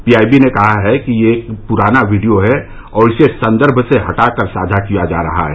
PIB ने कहा है कि यह एक पुराना वीडियो है और इसे संदर्भ से हटकर साझा किया जा रहा है